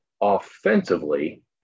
offensively